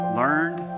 learned